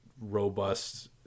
robust